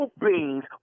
Bean's